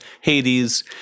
Hades